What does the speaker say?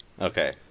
Okay